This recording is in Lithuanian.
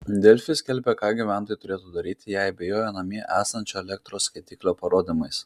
delfi skelbė ką gyventojai turėtų daryti jei abejoja namie esančio elektros skaitiklio parodymais